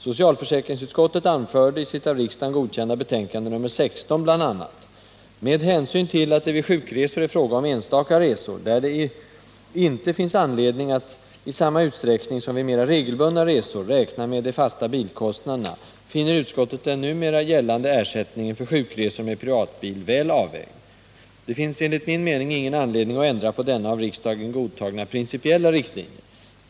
Socialförsäkringsutskottet anförde i sitt av riksdagen godtagna betänkande nr 16 bl.a.: ”Med hänsyn till att det vid sjukresor är fråga om enstaka resor, där det inte finns anledning att i samma utsträckning som vid mera regelbundna resor räkna med de fasta bilkostnaderna, finner utskottet den numera gällande ersättningen för sjukresor med privatbil väl avvägd.” Det finns enligt min mening ingen anledning att ändra på denna av riksdagen godtagna principiella riktlinje.